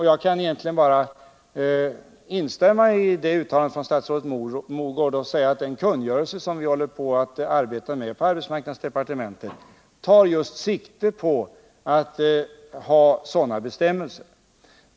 Jag kan egentligen bara instämma i det uttalandet från statsrådet Mogård och lägga till att den kungörelse som vi håller på att arbeta med i arbetsmarknadsdepartementet tar sikte på just sådana bestämmelser.